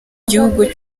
gihugu